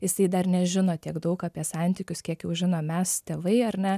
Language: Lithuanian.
jisai dar nežino tiek daug apie santykius kiek jau žinom mes tėvai ar ne